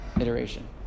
iteration